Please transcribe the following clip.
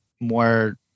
more